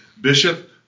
Bishop